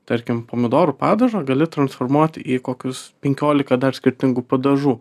tarkim pomidorų padažo gali transformuoti į kokius penkiolika dar skirtingų padažų